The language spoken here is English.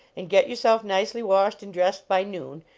and get yourself nicely washed and dressed by noon,